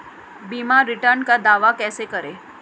बीमा रिटर्न का दावा कैसे करें?